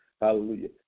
Hallelujah